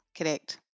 correct